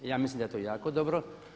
Ja mislim da je to jako dobro.